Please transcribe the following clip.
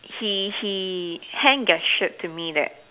he he hand gestured to me that